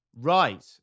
Right